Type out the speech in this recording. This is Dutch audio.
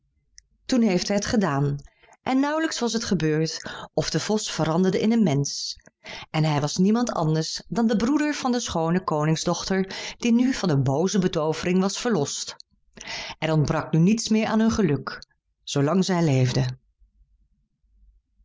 toen heeft hij het gedaan en nauwelijks was het gebeurd of de vos veranderde in een mensch en hij was niemand anders dan de broeder van de schoone koningsdochter die nu van een booze betoovering was verlost er ontbrak nu niets meer aan hun geluk zoolang zij leefden